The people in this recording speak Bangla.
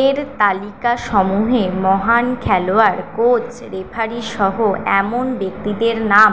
এর তালিকাসমূহে মহান খেলোয়াড় কোচ রেফারিসহ এমন ব্যক্তিদের নাম